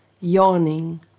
yawning